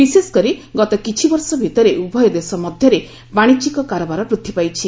ବିଶେଷକରି ଗତ କିଛିବର୍ଷ ଭିତରେ ଉଭୟଦେଶ ମଧ୍ୟରେ ବାଶିଜ୍ୟିକ କାରବାର ବୃଦ୍ଧି ପାଇଛି